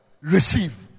Receive